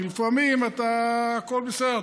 כי לפעמים הכול בסדר,